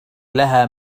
لها